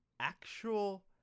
actual